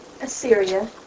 Assyria